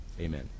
Amen